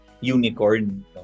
unicorn